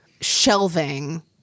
shelving